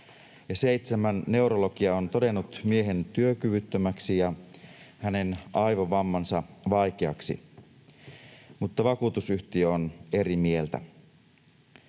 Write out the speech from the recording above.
seitsemän neurologia on todennut miehen työkyvyttömäksi ja hänen aivovammansa vaikeaksi, mutta vakuutusyhtiö on eri mieltä.